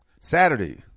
saturday